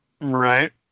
Right